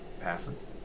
Passes